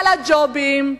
על הג'ובים,